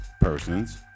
persons